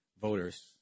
voters